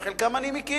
את חלקם אני מכיר.